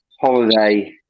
holiday